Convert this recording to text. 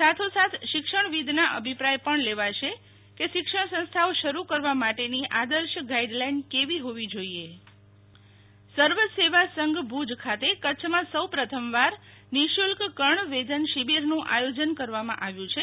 સાથો સાથ શિક્ષણવિદના અભિપ્રાય પણ લેવાશે કે શિક્ષણ સંસ્થાઓ શરૂ કરવા માટેની આદર્શ ગાઈડલાઈન કેવી હોવી જોઈએ શીતલ વૈશ્નવ સર્વ સેવા સંઘ ભુજ ખાતે કરછમાં સૌ પ્રથમવાર નિસુલ્ક કર્ણવર્ધક શિબિરનું આયોજન કરવામાં આવ્યું છે